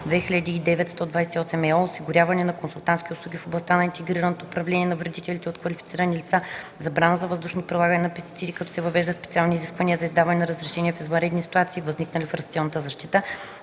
осигуряване на консултантски услуги в областта на интегрираното управление на вредителите от квалифицирани лица; забрана за въздушно прилагане на пестициди, като се въвеждат специални изисквания за издаване на разрешения в извънредни ситуации, възникнали в растителната защита;